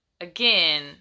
again